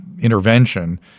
intervention